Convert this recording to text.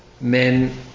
men